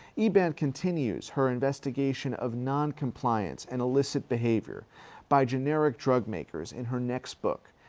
eban continues her investigation of non-compliance and illicit behavior by generic drug makers in her next book.